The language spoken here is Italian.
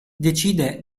decide